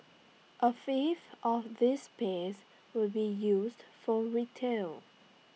A fifth of this space will be used for retail